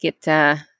get